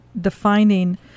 defining